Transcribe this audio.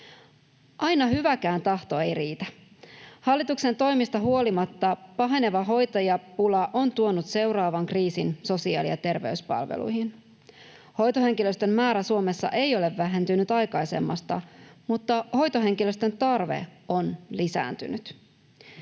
Aina hyväkään tahto ei riitä. Hallituksen toimista huolimatta paheneva hoitajapula on tuonut seuraavan kriisin sosiaali- ja terveyspalveluihin: hoitohenkilöstön määrä Suomessa ei ole vähentynyt aikaisemmasta, mutta hoitohenkilöstön tarve on lisääntynyt.